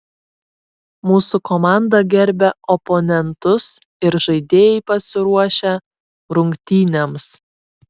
mūsų komanda gerbia oponentus ir žaidėjai pasiruošę rungtynėms